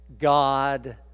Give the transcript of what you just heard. God